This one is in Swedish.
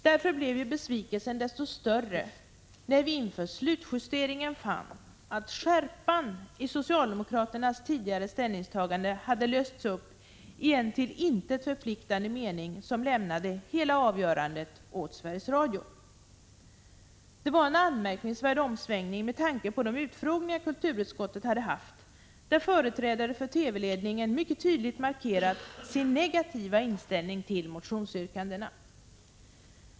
Därför blev besvikelsen desto större när vi inför slutjusteringen fann att skärpan i socialdemokraternas tidigare ställningstagande hade lösts upp i en till intet förpliktande mening som lämnade hela avgörandet åt Sveriges Radio. Det var en anmärkningsvärd omsvängning med tanke på de utfrågningar kulturutskottet hade haft då företrädare för TV-ledningen mycket tydligt markerade sin negativa inställning till motionsyrkandena.